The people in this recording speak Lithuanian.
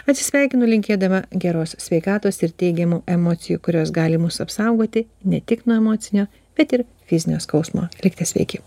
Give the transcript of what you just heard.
atsisveikinu linkėdama geros sveikatos ir teigiamų emocijų kurios gali mus apsaugoti ne tik nuo emocinio bet ir fizinio skausmo likite sveiki